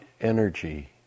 energy